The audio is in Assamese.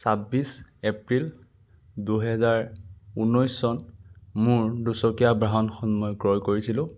চাব্বিছ এপ্ৰিল দুহেজাৰ ঊনৈছ চন মোৰ দুচকীয়া বাহনখন মই ক্ৰয় কৰিছিলোঁ